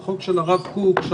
בחוק של הרב קוק,